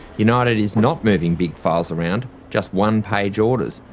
united is not moving big files around, just one-page orders,